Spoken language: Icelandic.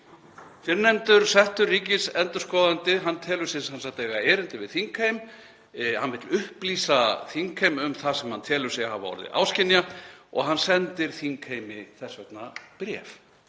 Fyrrnefndur settur ríkisendurskoðandi telur sig sem sagt eiga erindi við þingheim, hann vill upplýsa þingheim um það sem hann telur sig hafa orðið áskynja og hann sendir þingheimi þess vegna bréf,